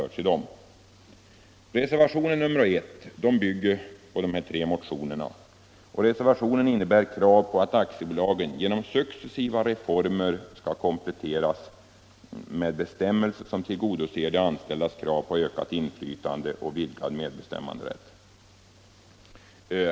Reservationen 1 bygger på dessa tre motioner och den innebär krav på att aktiebolagslagen genom successiva reformer skall kompletteras med bestämmelser som tillgodoser de anställdas krav på ökat inflytande och vidgad medbestämmanderätt i aktiebolagen.